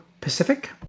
Pacific